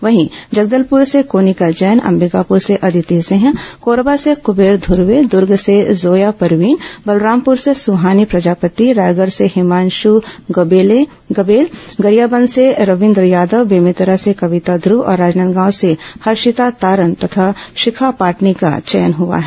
वहीं जगदलपुर से कोनिका जैन अंबिकापुर से अदिति सिंह कोरबा से क़बेर धर्वे दूर्ग से जाया परवीन बलरामपुर से सुहानो प्रजापति रायगढ़ से हिमाँशु गबेल गरियाबंद से रविन्द्र यादव बेमेतरा से कविता ध्रव और राजनांदगांव से हर्षिता तारण तथा शिखा पाटनी का चयन हुआ है